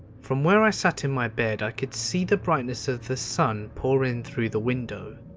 from where i sat in my bed, i could see the brightness of the sun pour in through the window.